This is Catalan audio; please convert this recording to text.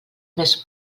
més